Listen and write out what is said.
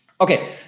Okay